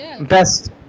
Best